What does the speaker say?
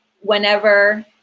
whenever